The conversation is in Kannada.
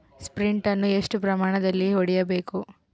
ಸ್ಪ್ರಿಂಟ್ ಅನ್ನು ಎಷ್ಟು ಪ್ರಮಾಣದಲ್ಲಿ ಹೊಡೆಯಬೇಕು?